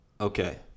Okay